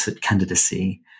candidacy